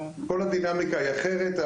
כל הדינמיקה היא אחרת.